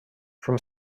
from